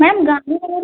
ma'am Gandhinagar